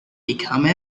become